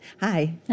Hi